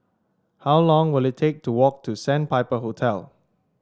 how long will it take to walk to Sandpiper Hotel